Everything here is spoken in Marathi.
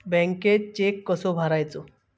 बँकेत चेक कसो भरायचो?